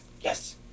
Yes